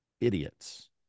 Idiots